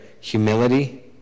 humility